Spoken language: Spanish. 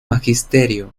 magisterio